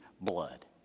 blood